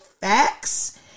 facts